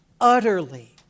utterly